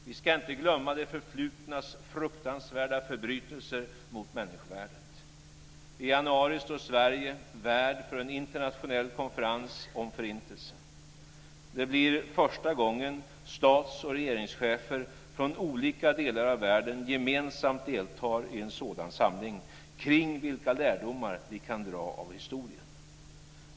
Vi ska inte glömma det förflutnas fruktansvärda förbrytelser mot människovärdet. I januari står Sverige värd för en internationell konferens om Förintelsen. Det blir första gången stats och regeringschefer från olika delar av världen gemensamt deltar i en sådan samling kring vilka lärdomar vi kan dra av historien.